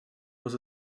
was